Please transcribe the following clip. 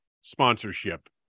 sponsorship